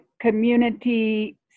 community